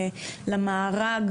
למארג